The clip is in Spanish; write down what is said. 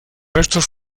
restos